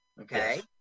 okay